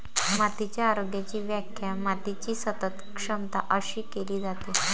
मातीच्या आरोग्याची व्याख्या मातीची सतत क्षमता अशी केली जाते